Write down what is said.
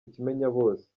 ikimenyabose